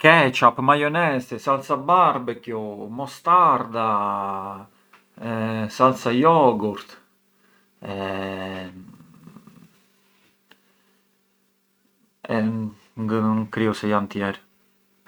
Ketchup, maionese, salsa barbecue, mostarda, salsa yogurt e un kriu se jan tjerë.